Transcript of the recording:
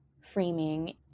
framing